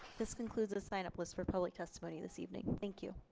this concludes the sign up list for public testimony this evening. thank you.